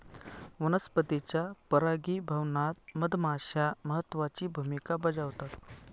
वनस्पतींच्या परागीभवनात मधमाश्या महत्त्वाची भूमिका बजावतात